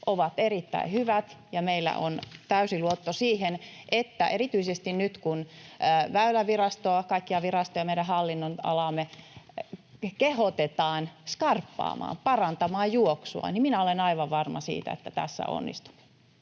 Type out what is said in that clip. ovat erittäin hyvät, ja meillä on täysi luotto siihen, että erityisesti nyt, kun Väylävirastoa, kaikkia virastoja meidän hallinnonalallamme, kehotetaan skarppaamaan, parantamaan juoksua, niin minä olen aivan varma siitä, että tässä onnistumme.